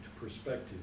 perspective